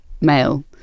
male